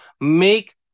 make